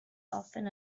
often